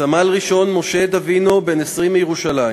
סמל-ראשון משה דוינו, בן 20, מירושלים,